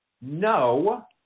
No